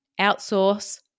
outsource